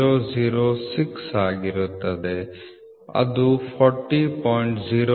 006 ಆಗಿರುತ್ತದೆ ಅದು 40